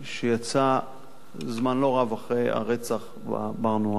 שיצא זמן לא רב אחרי הרצח ב"בר-נוער",